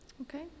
okay